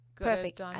perfect